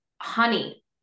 honey